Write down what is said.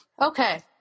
Okay